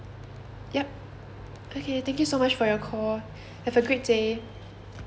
yup okay thank you so much for call have a great day